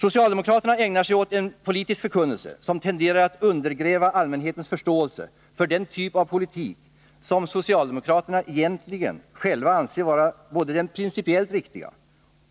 Socialdemokraterna ägnar sig åt en politisk förkunnelse som tenderar att undergräva allmänhetens förståelse för den typ av politik som socialdemo kraterna egentligen själva anser vara både principiellt riktig